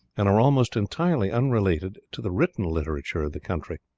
and are almost entirely unrelated to the written literature of the country.